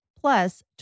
plus